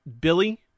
Billy